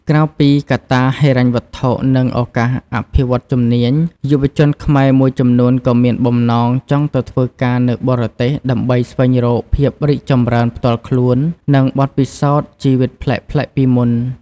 ក្រៅពីកត្តាហិរញ្ញវត្ថុ និងឱកាសអភិវឌ្ឍជំនាញ យុវជនខ្មែរមួយចំនួនក៏មានបំណងចង់ទៅធ្វើការនៅបរទេសដើម្បីស្វែងរកភាពរីកចម្រើនផ្ទាល់ខ្លួន និងបទពិសោធន៍ជីវិតប្លែកៗពីមុន។